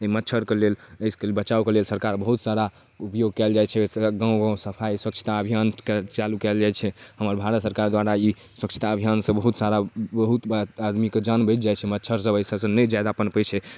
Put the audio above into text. ई मच्छरके लेल एहिसँ बचावके लेल सरकार बहुत सारा उपयोग कएल जाए छै गाम गाम सफाइ स्वच्छता अभियानके चालू कएल जाइ छै हमर भारत सरकार द्वारा ई स्वच्छता अभियानसँ बहुत सारा बहुत आदमीके जान बचि जाइ छै मच्छरसब एहिसबसँ नहि जादा पनपै छै